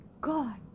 God